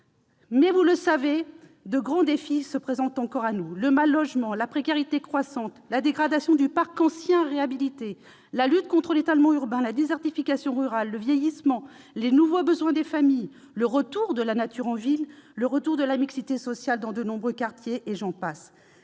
Toutefois, de grands défis se présentent encore à nous : le mal-logement, la précarité croissante, la dégradation du parc ancien à réhabiliter, la lutte contre l'étalement urbain, la désertification rurale, le vieillissement, les nouveaux besoins des familles, le retour de la nature en ville, le retour de la mixité sociale dans de nombreux quartiers, et j'en passe.